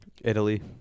Italy